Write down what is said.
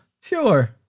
Sure